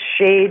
shade